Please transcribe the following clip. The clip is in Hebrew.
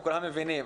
מבינים.